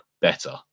better